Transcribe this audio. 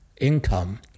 Income